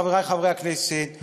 חברי חברי הכנסת,